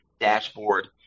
dashboard